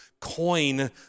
coin